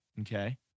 Okay